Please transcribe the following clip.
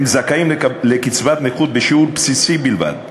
הם זכאים לקצבת נכות בשיעור בסיסי בלבד.